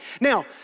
Now